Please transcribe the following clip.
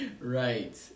Right